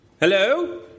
Hello